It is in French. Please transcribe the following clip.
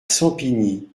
sampigny